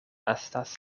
estas